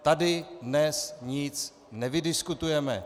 Tady dnes nic nevydiskutujeme.